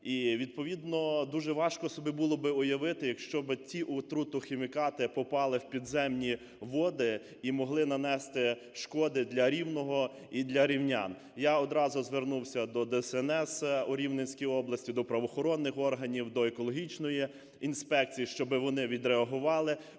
І, відповідно, дуже важко собі було би уявити, якщо б ті отрутохімікати попали в підземні води і могли нанести шкоди для Рівного і для рівнян. Я одразу звернувся до ДСНС у Рівненській області, до правоохоронних органів, до екологічної інспекції, щоб вони відреагували.